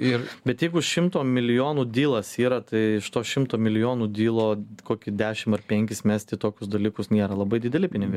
ir bet jeigu šimto milijonų dylas yra tai iš to šimto milijonų dylo kokį dešimt ar penkis mesti į tokius dalykus nėra labai dideli pinigai